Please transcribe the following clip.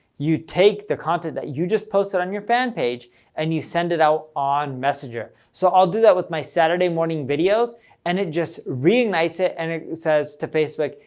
you take the content that you just posted on your fan page and you send it out on messenger. so i'll do that with my saturday morning videos and it just reignites it and it says to facebook,